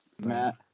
Matt